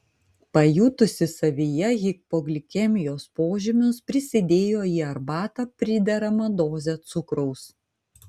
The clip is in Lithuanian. pajutusi savyje hipoglikemijos požymius prisidėjo į arbatą prideramą dozę cukraus